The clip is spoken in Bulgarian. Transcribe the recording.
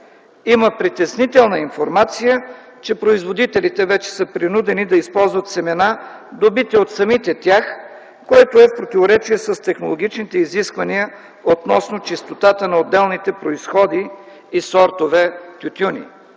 Има притеснителна информация, че производителите вече са принудени да използват семена, добити от самите тях, което е в противоречие с технологичните изисквания относно чистотата на отделните произходи и сортове тютюни.